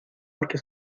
porque